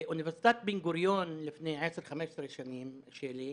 באוניברסיטת בן-גוריון לפני 15-10 שנים, שלי,